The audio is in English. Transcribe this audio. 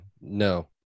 No